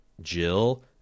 Jill